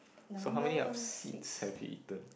so how many up seeds have you eaten